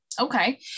Okay